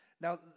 Now